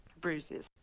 bruises